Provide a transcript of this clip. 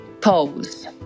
Pose